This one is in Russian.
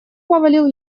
повалил